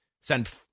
send